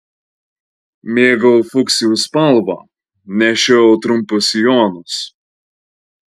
mėgau fuksijų spalvą nešiojau trumpus sijonus